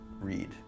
read